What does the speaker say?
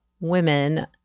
women